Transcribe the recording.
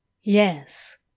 Yes